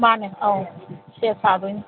ꯃꯥꯟꯅꯦ ꯑꯧ ꯁꯦꯠ ꯁꯥꯗꯣꯏꯅꯤ